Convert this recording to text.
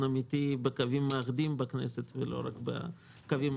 אמיתי בקווים מאחדים בכנסת ולא רק בקווים מחלקים.